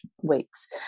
weeks